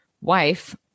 wife